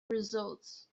results